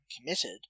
committed